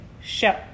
show